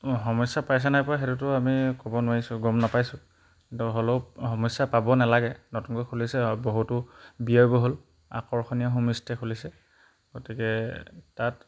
সমস্যা পাইছে নাই পোৱা সেইটোতো আমি ক'ব নোৱাৰিছোঁ গম নাপাইছোঁ কিন্তু হ'লেও সমস্যা পাব নালাগে নতুনকৈ খুলিছে বহুতো ব্যয়বহুল আকৰ্ষণীয় হোমষ্টে' খুলিছে গতিকে তাত